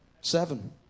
Seven